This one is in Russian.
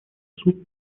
суд